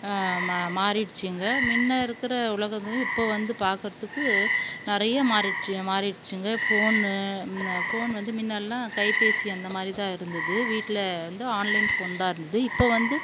மா மாறிடுச்சுங்க முன்ன இருக்கிற உலகமும் இப்போ வந்து பார்க்கறத்துக்கு நிறைய மாறிடுச்சு மாறிடுச்சுங்க ஃபோனு ஃபோன் வந்து முன்னெல்லாம் கைப்பேசி அந்தமாதிரி தான் இருந்தது வீட்டில் வந்து ஆன்லைன் ஃபோன் தான் இருந்தது இப்போ வந்து